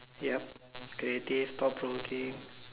ya creative proper looking